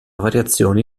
variazioni